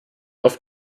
auf